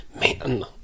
man